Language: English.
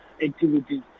activities